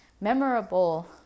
memorable